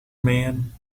man